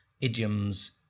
idioms